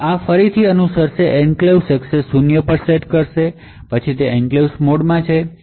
આ ફરીથી અનુસરશે એન્ક્લેવ્સ એક્સેસ શૂન્ય પર સેટ કરશે પછી તે એન્ક્લેવ્સ મોડમાં છે